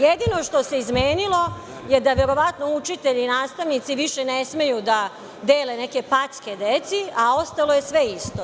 Jedino što se izmenilo je verovatno da učitelji i nastavnici više ne smeju da dele neke packe deci, a ostalo je sve isto.